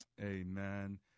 amen